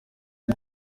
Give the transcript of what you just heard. ari